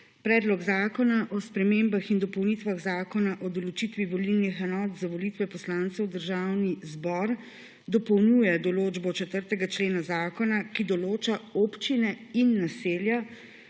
Predlog zakona o spremembah in dopolnitvah Zakona o določitvi volilnih enot za volitve poslancev v Državni zbor dopolnjuje določbo 4. člena zakona, ki določa občine in naselja